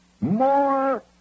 more